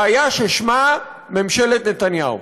בעיה ששמה "ממשלת נתניהו".